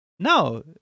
No